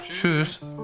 Tschüss